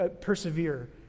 persevere